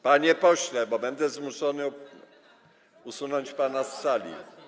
Panie pośle, bo będę zmuszony usunąć pana z sali.